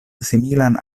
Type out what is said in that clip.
similan